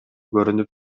көрүнүп